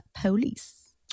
police